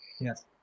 Yes